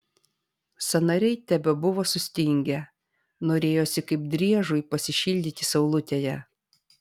sąnariai tebebuvo sustingę norėjosi kaip driežui pasišildyti saulutėje